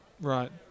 Right